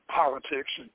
politics